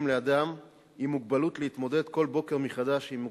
לאדם עם מוגבלות כדי להתמודד כל בוקר מחדש עם מוגבלותו.